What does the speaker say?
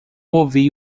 ouvi